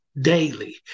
daily